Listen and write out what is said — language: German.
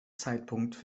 zeitpunkt